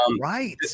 right